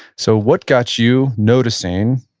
so what got you noticing,